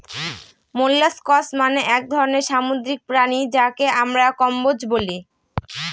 molluscs মানে এক ধরনের সামুদ্রিক প্রাণী যাকে আমরা কম্বোজ বলি